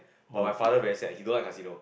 but my father very sad he don't like casino